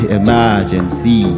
emergency